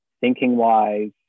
thinking-wise